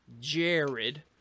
Jared